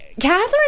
Catherine